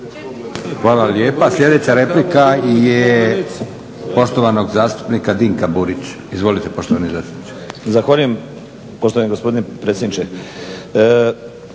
Hvala lijepa. Sljedeća replika je poštovanog zastupnika Dinka Burića. Izvolite poštovani zastupniče. **Burić, Dinko (HDSSB)**